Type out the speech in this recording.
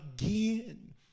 again